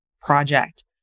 Project